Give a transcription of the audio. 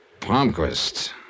Palmquist